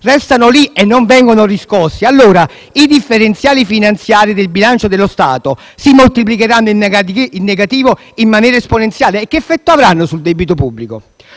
restano lì e non vengono riscossi, allora i differenziali finanziari del bilancio dello Stato si moltiplicheranno in negativo in maniera esponenziale? Che effetto avranno sul debito pubblico?